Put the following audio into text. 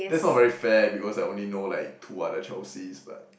that's not very fair because I only know like two other Chelseas but